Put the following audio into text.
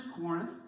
Corinth